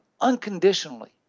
unconditionally